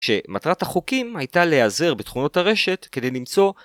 שמטרת החוקים הייתה להיעזר בתכונות הרשת כדי למצוא